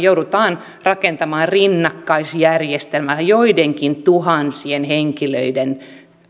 joudutaan rakentamaan rinnakkaisjärjestelmä joitakin tuhansia